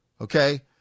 okay